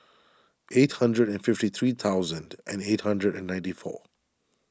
eight hundred and fifty three thousand and eight hundred and ninety four